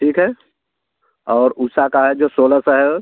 ठीक है और उषा का है जो सोलह सौ है